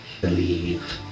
believe